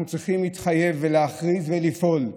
אנחנו צריכים להתחייב ולהכריז ולפעול: